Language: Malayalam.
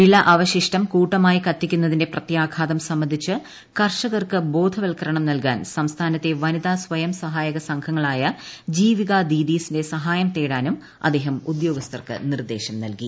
വിള അവശിഷ്ടം കൂട്ടമായി കത്തിക്കുന്നതിന്റെ പ്രത്യാഘാതം സംബന്ധിച്ച് കർഷകർക്കു ബോധവൽക്കരണം നൽകാൻ സംസ്ഥാനത്തെ വനിതാ സ്വയം സഹായക സംഘങ്ങളായ ജീവിക ദീദിസിന്റെ സഹായം തേടാനും അദ്ദേഹം ഉദ്യോഗസ്ഥർക്കു നിർദ്ദേശം നൽകി